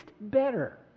better